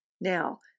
Now